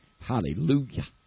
hallelujah